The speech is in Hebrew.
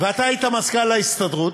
ואתה היית מזכ"ל ההסתדרות,